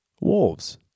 wolves